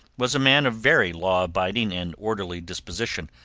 was a man of very law-abiding and orderly disposition,